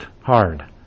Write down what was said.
hard